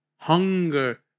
Hunger